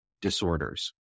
disorders